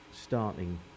starting